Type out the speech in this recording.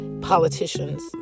politicians